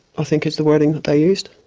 i think is the wording they used.